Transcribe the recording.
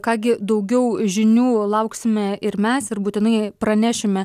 ką gi daugiau žinių lauksime ir mes ir būtinai pranešime